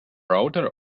router